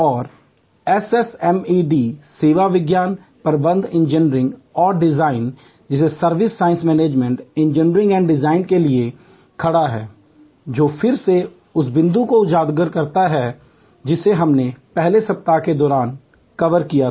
और SSMED सेवा विज्ञान प्रबंधन इंजीनियरिंग और डिजाइन के लिए खड़ा है जो फिर से उस बिंदु को उजागर करता है जिसे हमने पहले सप्ताह के दौरान कवर किया था